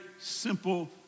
simple